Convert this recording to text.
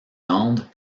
landes